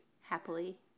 happily